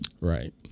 Right